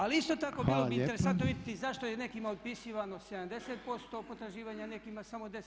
Ali isto tako bilo bi interesantno vidjeti zašto je nekima otpisivano 70% potraživanja a nekima samo 10%